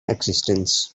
existence